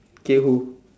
say who